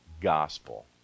gospel